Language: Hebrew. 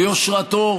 ביושרתו,